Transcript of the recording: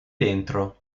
dentro